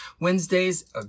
Wednesdays